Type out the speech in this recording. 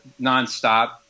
nonstop